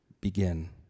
begin